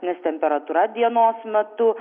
nes temperatūra dienos metu